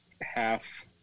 half